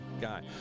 guy